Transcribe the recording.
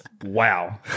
Wow